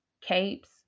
capes